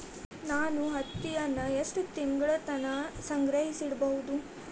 ನಾನು ಹತ್ತಿಯನ್ನ ಎಷ್ಟು ತಿಂಗಳತನ ಸಂಗ್ರಹಿಸಿಡಬಹುದು?